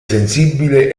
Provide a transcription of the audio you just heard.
sensibile